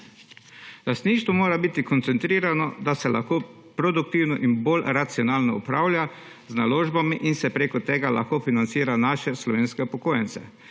Lastništvo mora biti koncentrirano, da se lahko produktivno in bolj racionalno upravlja z naložbami in se preko tega lahko financira naše slovenske upokojence.